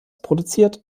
produziert